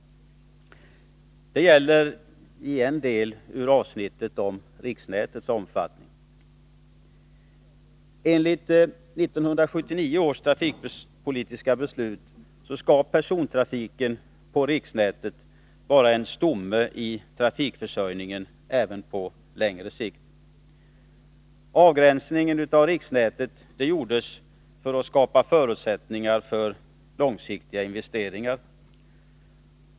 Det gäller en del av avsnittet om riksnätets omfattning. Enligt 1979 års trafikpolitiska beslut skall persontrafiken på riksnätet vara en stomme i trafikförsörjningen även på längre sikt. Avgränsningen av riksnätet gjordes för att skapa förutsättningar för långsiktiga investeringar.